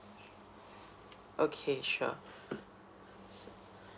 okay sure